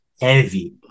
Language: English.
heavy